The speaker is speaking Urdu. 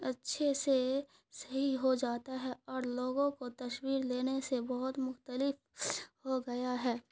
اچھے سے صحیح ہو جاتا ہے اور لوگوں کو تصویر لینے سے بہت مختلف ہو گیا ہے